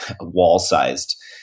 wall-sized